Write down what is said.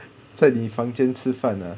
在你房间吃饭 ah